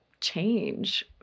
change